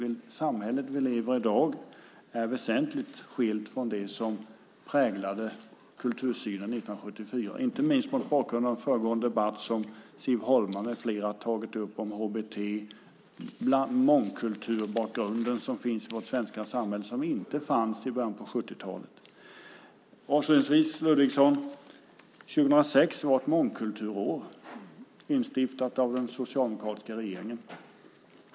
Det samhälle vi lever i i dag är väsentligt skilt från det samhälle som präglade kultursynen 1974, inte minst mot bakgrund av den föregående debatt som Siv Holma med flera tagit upp om HBT och den mångkulturbakgrund som finns i vårt svenska samhälle men som inte fanns i början på 70-talet. Avslutningsvis, Anne Ludvigsson, var 2006 ett mångkulturår instiftat av den socialdemokratiska regeringen.